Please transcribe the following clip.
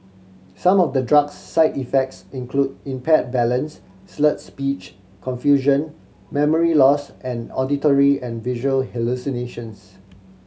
some of the drug's side effects include impaired balance slurred speech confusion memory loss and auditory and visual hallucinations